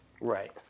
Right